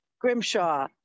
Grimshaw